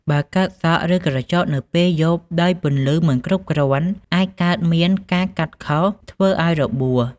បើកាត់សក់ ឬក្រចកនៅពេលយប់ ដោយពន្លឺមិនគ្រប់គ្រាន់ អាចកើតមានការកាត់ខុស ធ្វើឲ្យរបួស ។